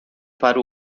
para